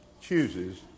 chooses